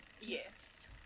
yes